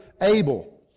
Abel